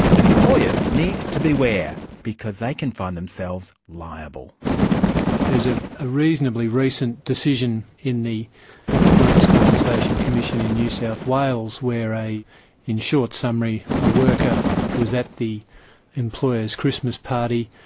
and employers need to beware because they can find themselves liable. there is ah a reasonably recent decision in the workers compensation commission in new south wales where, in short summary, a worker was at the employer's christmas party,